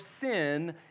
sin